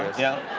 yeah?